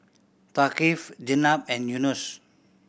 Thaqif Jenab and Yunos